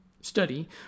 study